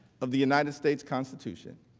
of the united states constitution.